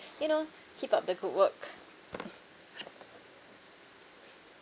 you know keep up the good work